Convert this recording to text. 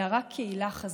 אלא רק קהילה חזקה.